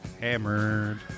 hammered